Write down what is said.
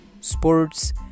sports